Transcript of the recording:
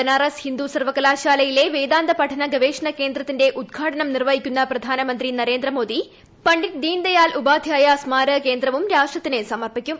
ബനാറസ് ഹിന്ദു സർവ്വകലാശാലയിലെ വേദാന്ത പഠന ഗവേഷണ കേന്ദ്രത്തിന്റെ ഉദ്ഘാടനം നിർവ്വഹിക്കുന്ന പ്രധാനമന്ത്രി നരേന്ദ്രമോദി പണ്ഡിറ്റ് ദീനദയാൽ ഉപാധ്യായ സ്മാരക കേന്ദ്രവും രാഷ്ട്രത്തിന് സമർപ്പിക്കും